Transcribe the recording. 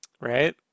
Right